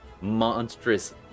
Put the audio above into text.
monstrous